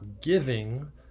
giving